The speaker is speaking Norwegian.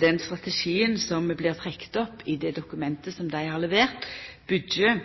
Den strategien som blir trekt opp i det dokumentet som dei har levert, byggjer